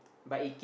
but it keep